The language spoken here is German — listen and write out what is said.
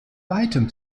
weitem